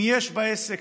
אם יש בעסק,